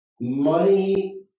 money